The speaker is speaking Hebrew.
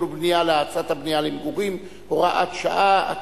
ובנייה להאצת הבנייה למגורים (הוראת שעה),